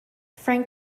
frank